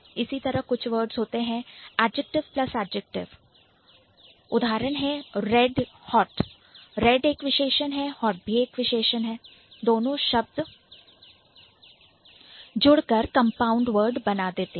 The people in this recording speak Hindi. इसी तरह कुछ वर्ड्स होते हैं Adjective plus adjective adjective plus adjective Red भी एक विशेषण है और hot भी एक विशेषण है दोनों शब्द जगते हैं और कंपाउंड वर्ड बना रहे हैं